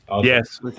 Yes